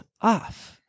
off